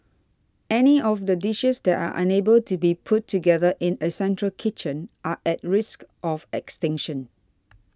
any of the dishes that are unable to be put together in a central kitchen are at risk of extinction